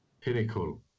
pinnacle